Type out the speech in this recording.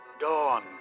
Dawn